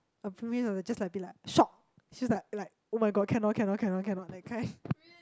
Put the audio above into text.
just like be like shock she's like like [oh]-my-god cannot cannot cannot cannot that kind